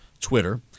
Twitter